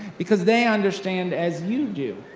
because they understand as you do